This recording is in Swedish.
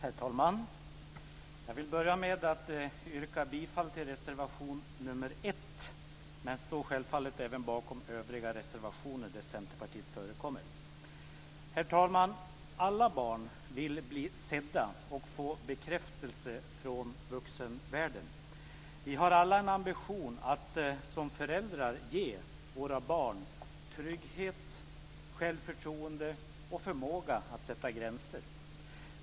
Herr talman! Jag vill börja med att yrka bifall till reservation nr 1 men står självfallet även bakom övriga reservationer där Centerpartiet förekommer. Herr talman! Alla barn vill bli sedda och få bekräftelse från vuxenvärlden. Vi har alla en ambition att som föräldrar ge våra barn trygghet, självförtroende och förmåga att sätta gränser.